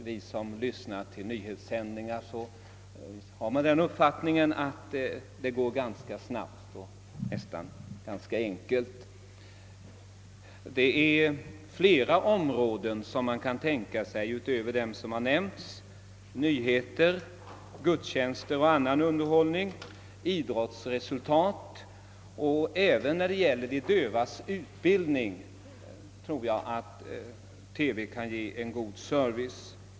När man lyssnar till nyhetssändningar får man den uppfattningen, att det går mycket snabbt och enkelt att göra det. Flera programtyper utöver dem som här nämnts skulle kunna bli aktuella i detta sammanhang: nyheter, gudstjänster, underhållning och sändning av idrottsresultat. Även när det gäller de dövas utbildning tror jag att TV kan ge en god service.